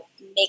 make